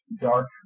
dark